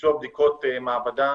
ביצוע בדיקות מעבדה